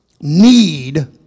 need